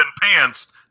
pants